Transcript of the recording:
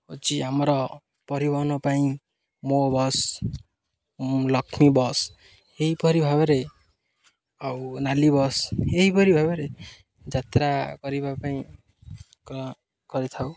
ହେଉଛି ଆମର ପରିବହନ ପାଇଁ ମୋ ବସ୍ ଲକ୍ଷ୍ମୀ ବସ୍ ଏହିପରି ଭାବରେ ଆଉ ନାଲି ବସ୍ ଏହିପରି ଭାବରେ ଯାତ୍ରା କରିବା ପାଇଁ କରିଥାଉ